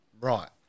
Right